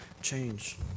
change